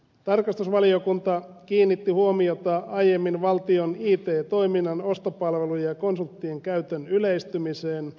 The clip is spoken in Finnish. tarkastusvaliokunta kiinnitti huomiota valtion it toiminnan ostopalvelujen ja konsulttien käytön yleistymiseen